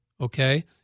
okay